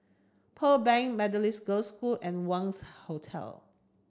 Pearl Bank Methodist Girls' School and Wangz Hotel